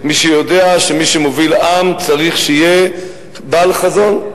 מי שיודע שמי שמוביל עם צריך שיהיה בעל חזון,